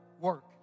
work